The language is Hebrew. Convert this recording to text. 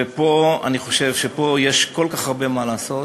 ופה אני חושב שיש כל כך הרבה מה לעשות.